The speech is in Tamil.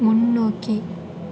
முன்னோக்கி